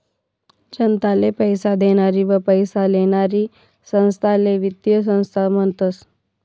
जनताले पैसा देनारी व पैसा लेनारी संस्थाले वित्तीय संस्था म्हनतस